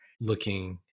looking